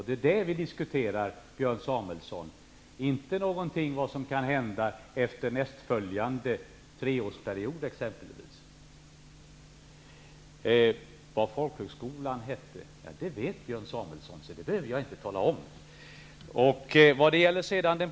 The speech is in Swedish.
Det är det som vi diskuterar, Björn Samuelson, inte vad som kan hända efter t.ex. nästföljande treårsperiod. Vad folkhögskolan heter vet Björn Samuelson. Jag behöver därför inte tala om det.